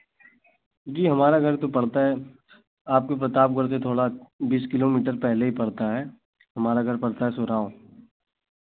जी हमारा घर तो पड़ता है आपके प्रतापगढ़ से थोड़ा बीस किलोमीटर पहले ही पड़ता है हमारा घर पड़ता है सुराउँ